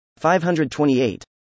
528